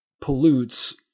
pollutes